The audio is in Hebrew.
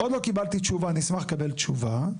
עוד לא קיבלתי תשובה, אני אשמח לקבל תשובה.